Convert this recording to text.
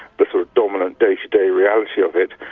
the sort of dominant day-to-day reality of it,